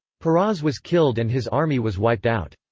peroz was killed and his army was wiped out.